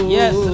yes